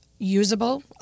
usable